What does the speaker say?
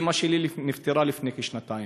אימא שלי נפטרה לפני כשנתיים,